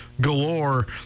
galore